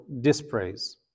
dispraise